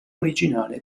originale